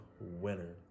winner